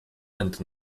and